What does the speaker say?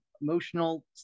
emotional